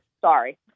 Sorry